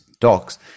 talks